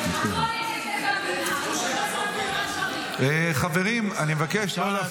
אדוני היושב-ראש, חברי הכנסת, מחר